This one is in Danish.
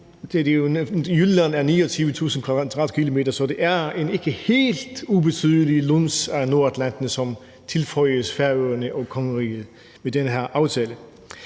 Jylland er 29.000 km², så det er en ikke helt ubetydelig luns af Nordatlanten, som tilføjes Færøerne og kongeriget Danmark med den her aftale.